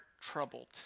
troubled